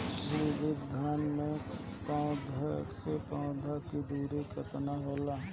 श्री विधि धान में पौधे से पौधे के दुरी केतना होला?